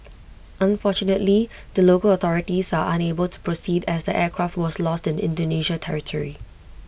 unfortunately the local authorities are unable to proceed as the aircraft was lost in Indonesia territory